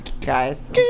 Guys